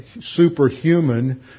superhuman